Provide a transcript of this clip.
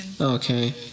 Okay